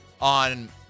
on